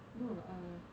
no uh this